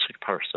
person